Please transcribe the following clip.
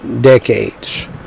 decades